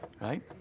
Right